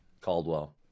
Caldwell